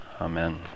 Amen